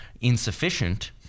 insufficient